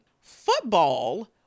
football